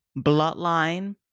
Bloodline